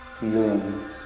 feelings